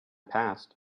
passed